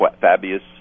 Fabius